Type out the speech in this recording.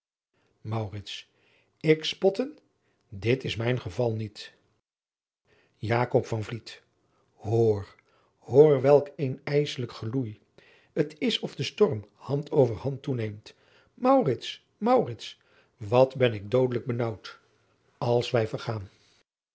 ik spotten dit is mijn geval niet jakob van vliet hoor hoor welk een ijsselijk geloei t is of de storm hand over hand toeneemt maurits maurits wat ben ik doodelijk benaauwd als wij vergaan